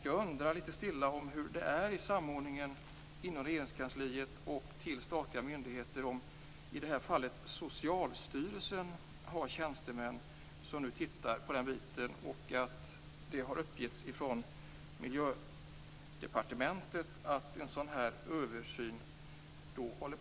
Jag undrar litet stilla hur det är med samordningen i Regeringskansliet och de statliga myndigheterna. I det här fallet har Socialstyrelsen tjänstemän som granskar området, och från Miljödepartementet har man uppgett att en sådan översyn pågår.